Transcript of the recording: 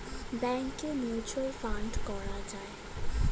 ব্যাংকে mutual fund করা যায়